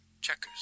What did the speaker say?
Checkers